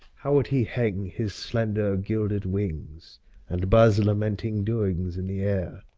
how would he hang his slender gilded wings and buzz lamenting doings in the air!